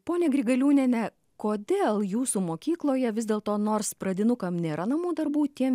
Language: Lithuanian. pone grigaliūniene kodėl jūsų mokykloje vis dėlto nors pradinukams nėra namų darbų tiems